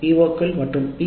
ஓக்கள் மற்றும் பி